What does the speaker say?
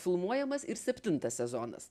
filmuojamas ir septintas sezonas